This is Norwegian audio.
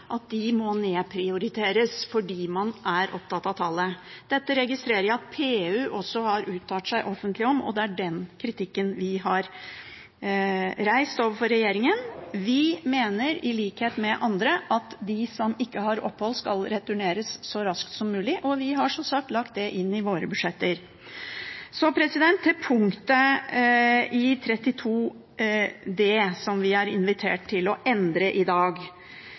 nedprioriteres fordi man er opptatt av tallet. Dette registrerer jeg at PU også har uttalt seg offentlig om, og det er den kritikken vi har reist overfor regjeringen. Vi mener i likhet med andre at de som ikke har opphold, skal returneres så raskt som mulig, og vi har som sagt lagt det inn i våre budsjetter. Så til § 32 d, som vi er invitert til å endre i dag.